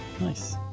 Nice